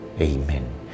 Amen